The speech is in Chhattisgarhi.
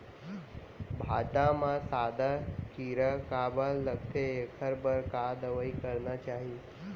भांटा म सादा कीरा काबर लगथे एखर बर का दवई करना चाही?